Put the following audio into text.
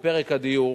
בפרק הדיור